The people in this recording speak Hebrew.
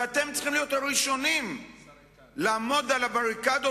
אתם צריכים להיות הראשונים לעמוד על הבריקדות